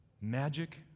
magic